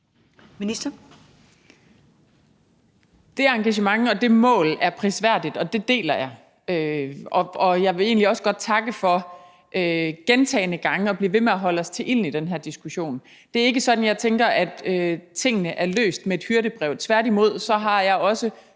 Det engagement og det mål er prisværdigt, og det deler jeg, og jeg vil egentlig også godt takke for at blive ved med gentagne gange at holde os til ilden i den her diskussion. Det er ikke sådan, jeg tænker, at tingene er løst med et hyrdebrev.